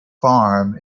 farm